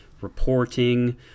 reporting